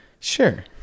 Sure